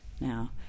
now